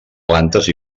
plantes